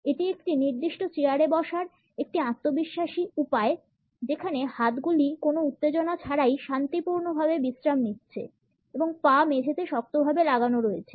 এটি একটি নির্দিষ্ট চেয়ারে বসার একটি আত্মবিশ্বাসী উপায় যেখানে হাতগুলি কোনও উত্তেজনা ছাড়াই শান্তিপূর্ণভাবে বিশ্রাম নিচ্ছে এবং পা মেঝেতে শক্তভাবে লাগানো রয়েছে